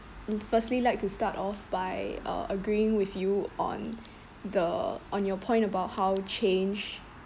firstly like to start off by uh agreeing with you on the on your point about how change